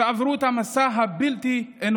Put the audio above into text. שעברו את המסע הבלתי-אנושי,